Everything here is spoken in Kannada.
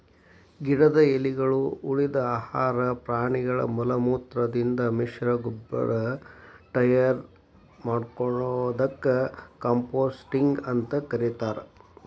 ಗಿಡದ ಎಲಿಗಳು, ಉಳಿದ ಆಹಾರ ಪ್ರಾಣಿಗಳ ಮಲಮೂತ್ರದಿಂದ ಮಿಶ್ರಗೊಬ್ಬರ ಟಯರ್ ಮಾಡೋದಕ್ಕ ಕಾಂಪೋಸ್ಟಿಂಗ್ ಅಂತ ಕರೇತಾರ